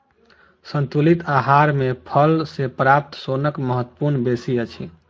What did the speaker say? संतुलित आहार मे फल सॅ प्राप्त सोनक महत्व बेसी अछि